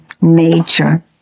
nature